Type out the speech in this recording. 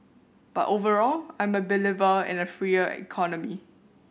but overall I'm a believer in a freer economy